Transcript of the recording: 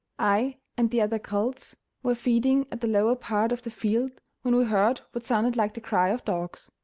i and the other colts were feeding at the lower part of the field when we heard what sounded like the cry of dogs.